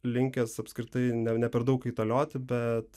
linkęs apskritai ne ne per daug kaitalioti bet